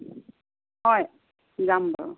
হয় যাম বাৰু